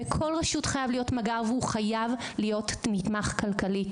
בכל רשות חייב להיות מג״ר וזה חייב להיות בתמיכה כלכלית.